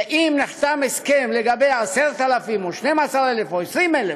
שאם נחתם הסכם לגבי 10,000 או 12,000 או 20,000,